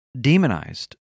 demonized